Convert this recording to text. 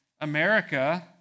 America